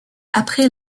après